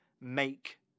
make